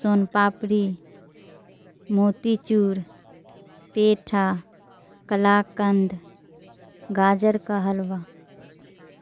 سون papdi motichoor petha kalakand گاجر کا حلوہ